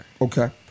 Okay